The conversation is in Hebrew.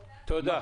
בדיקות,